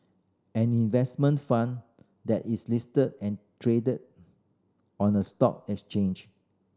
an investment fund that is listed and traded on a stock exchange